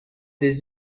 des